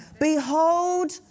Behold